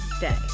day